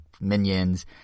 minions